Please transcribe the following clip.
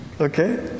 Okay